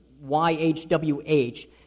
Y-H-W-H